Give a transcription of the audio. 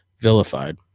vilified